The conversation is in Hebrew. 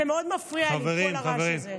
מאוד מפריע לי כל הרעש הזה.